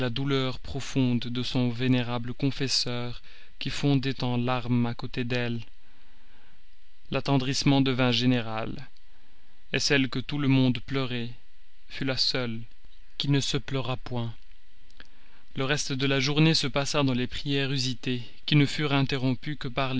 la douleur profonde de son vénérable confesseur qui fondait en larmes à côté d'elle l'attendrissement devint général celle que tout le monde pleurait fut la seule qui ne se pleura point le reste de la journée se passa dans les prières usitées qui ne furent interrompues que par